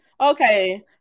Okay